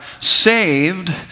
saved